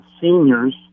seniors